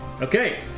Okay